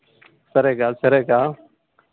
సరే అక్క సరే అక్క